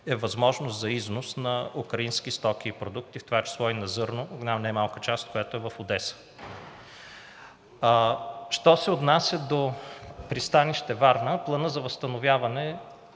е възможност за износ на украински стоки и продукти, в това число на зърно, една немалка част от които е в Одеса. Що се отнася до пристанище Варна, Планът за възстановяване